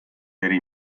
eri